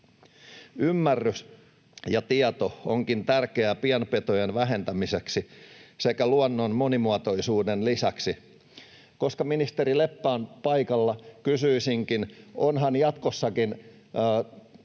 Ymmärrys ja tieto onkin tärkeää pienpetojen vähentämiseksi sekä luonnon monimuotoisuuden lisäämiseksi. Koska ministeri Leppä on paikalla, kysyisinkin: onhan jatkossakin